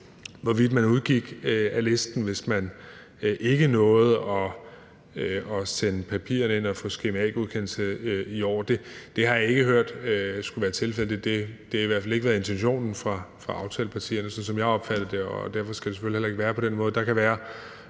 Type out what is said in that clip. hvorvidt man udgår af listen, hvis man ikke har nået at sende papirerne ind og få skema A-godkendelse i år. Det har jeg ikke hørt skulle være tilfældet; det har i hvert fald ikke været intentionen fra aftalepartiernes side, sådan som jeg har opfattet det, og derfor skal det selvfølgelig heller ikke være på den måde.